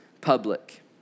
public